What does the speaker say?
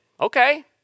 okay